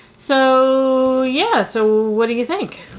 so yeah, so what do you think?